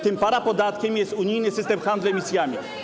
Tym parapodatkiem jest unijny system handlu emisjami.